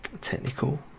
technical